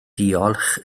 diolch